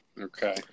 Okay